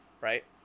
Right